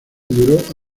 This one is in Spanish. duró